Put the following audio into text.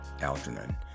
Algernon